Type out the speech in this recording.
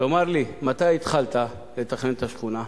תאמר לי, מתי התחלת לתכנן את השכונה?